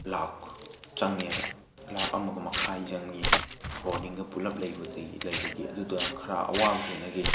ꯂꯥꯈ ꯆꯪꯉꯦꯕ ꯂꯥꯈ ꯑꯃꯒ ꯃꯈꯥꯏ ꯆꯪꯉꯤ ꯕꯣꯔꯗꯤꯡꯒ ꯄꯨꯂꯞ ꯂꯩꯕꯒꯤ ꯑꯗꯨꯒ ꯈꯔ ꯑꯋꯥꯕ ꯊꯦꯡꯅꯈꯤ